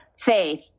faith